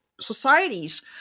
societies